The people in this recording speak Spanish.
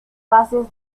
bases